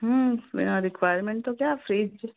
मेरा रिक्वायर्मेंट हो गया फ्रिज